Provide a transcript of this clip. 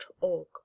org